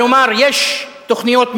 כלומר, יש תוכניות מיתאר,